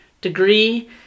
degree